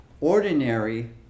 ordinary